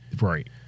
Right